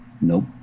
Nope